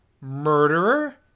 Murderer